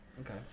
Okay